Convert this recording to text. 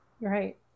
Right